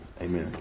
Amen